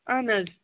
اَہَن حظ